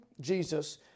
Jesus